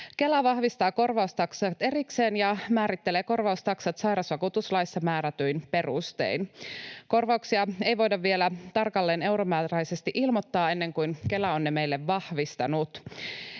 Kela vahvistaa korvaustaksat erikseen ja määrittelee korvaustaksat sairausvakuutuslaissa määrätyin perustein. Korvauksia ei voida vielä tarkalleen euromääräisesti ilmoittaa ennen kuin Kela on ne meille vahvistanut.